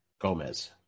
Gomez